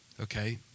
Okay